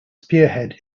spearhead